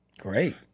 Great